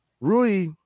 Rui